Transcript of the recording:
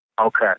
Okay